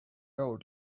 old